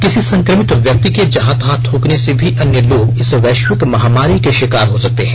किसी संक्रमित व्यक्ति के जहां तहां थूकने से भी अन्य लोग इस वैश्विक महामारी के शिकार हो सकते हैं